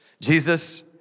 Jesus